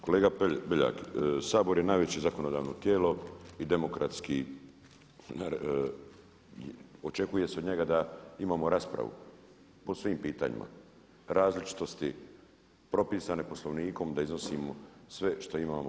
Kolega Beljak, Sabor je najveće zakonodavno tijelo i demokratski očekuje se od njega da imamo raspravu po svim pitanjima različitosti, propisane Poslovnikom da iznosimo sve što imamo.